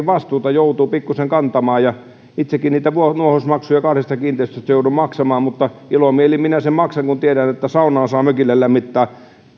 vastuuta joutuu pikkusen kantamaan ja itsekin niitä nuohousmaksuja kahdesta kiinteistöstä joudun maksamaan mutta ilomielin minä sen maksan kun tiedän että saunaa saa mökillä lämmittää